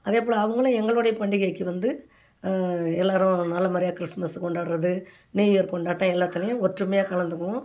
அதேபோல அவங்களும் எங்களுடைய பண்டிகைக்கு வந்து எல்லோரும் நல்ல முறையாக கிறிஸ்மஸ் கொண்டாடுறது நியூ இயர் கொண்டாட்டம் எல்லாத்துலேயும் ஒற்றுமையாக கலந்துக்குவோம்